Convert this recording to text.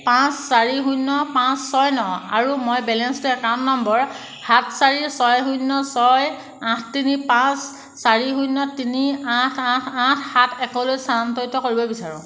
পাঁচ চাৰি শূন্য পাঁচ ছয় ন আৰু মই বেলেন্সটো একাউণ্ট নম্বৰ সাত চাৰি ছয় শূন্য ছয় আঠ তিনি পাঁচ চাৰি শূন্য তিনি আঠ আঠ আঠ সাত এক লৈ স্থানান্তৰিত কৰিব বিচাৰোঁ